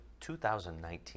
2019